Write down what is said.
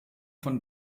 von